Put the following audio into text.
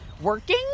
working